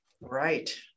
Right